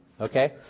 Okay